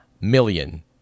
million